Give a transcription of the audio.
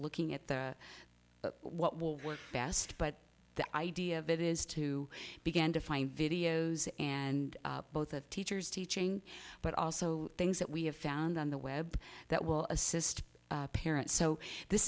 looking at what will work best but the idea of it is to begin to find videos and both of teachers teaching but also things that we have found on the web that will assist parents so this